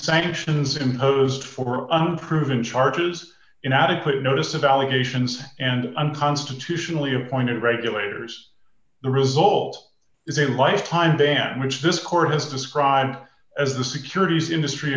sanctions imposed for unproven charges in adequate notice of allegations and unconstitutionally appointed regulators the result is a lifetime ban which this court has described as the securities industry